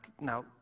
Now